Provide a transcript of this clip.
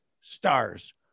stars